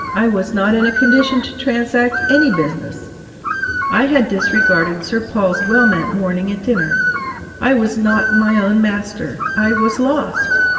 i was not in a condition to transact any business i had disregarded sir paul's well-meant warning at dinner i was not my own master. i was lost!